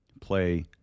play